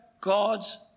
God's